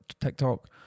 TikTok